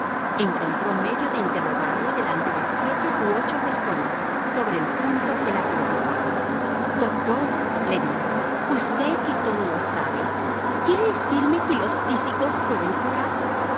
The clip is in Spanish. encontró medio de interrogarle delante de siete u ocho personas sobre el punto que la preocupaba doctor le dijo usted que todo lo sabe quiere decirme si los tísicos pueden curar